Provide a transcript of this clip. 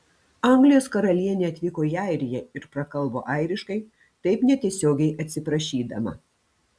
anglijos karalienė atvyko į airiją ir prakalbo airiškai taip netiesiogiai atsiprašydama